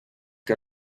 que